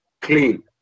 clean